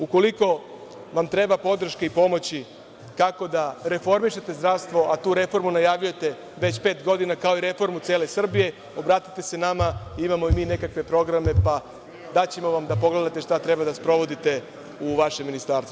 Ukoliko vam treba podrška i pomoć kako da reformišete zdravstvo, a tu reformu najavljujete već pet godina, kao i reformu cele Srbije, obratite se nama, imamo i mi nekakve programe, pa, daćemo vam da pogledate šta treba da sprovodite u vašem ministarstvu.